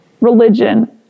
religion